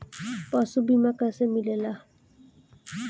पशु बीमा कैसे मिलेला?